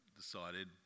decided